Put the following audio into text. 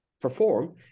perform